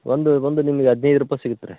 ಒಂದು ಬಂದು ನಿಮಗೆ ಹದಿನೈದು ರೂಪಾಯಿ ಸಿಗತ್ತೆ ರೀ